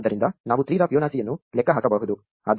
ಆದ್ದರಿಂದ ನಾವು 3 ರ ಫಿಬೊನಾಸಿಯನ್ನು ಲೆಕ್ಕ ಹಾಕಬಹುದು